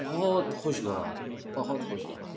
بہت خوشگوار ہے بہت خوشگوار